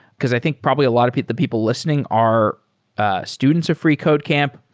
because i think probably a lot of the people lis tening are students of freecodecamp,